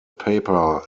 paper